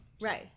Right